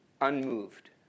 unmoved